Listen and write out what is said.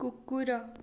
କୁକୁର